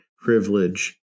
privilege